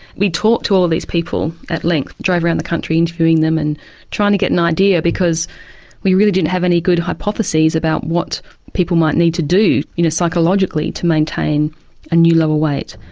we to all these people at length, drove round the country interviewing them and trying to get an idea, because we really didn't have any good hypotheses about what people might need to do you know psychologically to maintain a new lower weight.